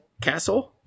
castle